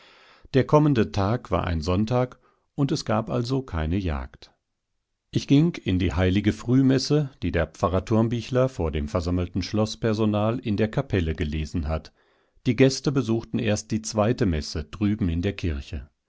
der kommende tag war ein sonntag und es gab also keine jagd ich ging in die heilige frühmesse die der pfarrer thurmbichler vor dem versammelten schloßpersonal in der kapelle gelesen hat die gäste besuchten erst die zweite messe drüben in der kirche